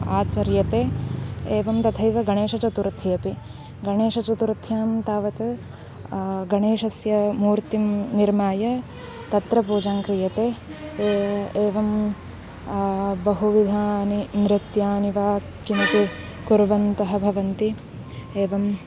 आचर्यते एवं तथैव गणेशचतुर्थी अपि गणेशचतुर्थ्यां तावत् गणेशस्य मूर्तिं निर्माय तत्र पूजां क्रियते ए एवं बहुविधानि नृत्यानि वा किमपि कुर्वन्तः भवन्ति एवं